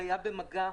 היה במגע,